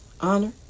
honor